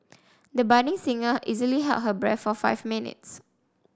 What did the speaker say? the budding singer easily held her breath for five minutes